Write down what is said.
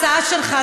ההצעה שלך,